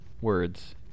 Words